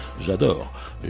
J'adore